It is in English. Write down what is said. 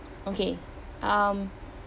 okay um